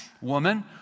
woman